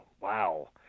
Wow